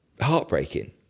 heartbreaking